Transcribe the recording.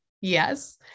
Yes